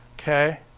okay